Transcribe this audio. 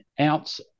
ounce